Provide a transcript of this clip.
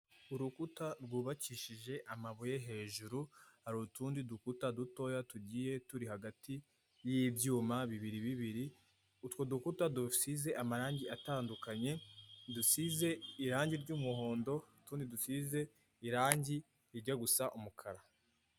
Urukuta rwubakishije amabuye, hejuru hari utundi dukuta dutoya tugiye turi hagati y'ibyuma bibiri bibiri, utwo dukuta dusize amarangi atandukanye, dusize irangi ry'umuhondo utundi dusize irangi rijya gusa umukara.